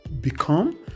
become